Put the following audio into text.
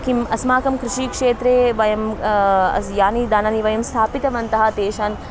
किम् अस्माकं कृषिक्षेत्रे वयं यानि दानानि वयं स्थापितवन्तः तेषाम्